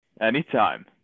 Anytime